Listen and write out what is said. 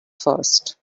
first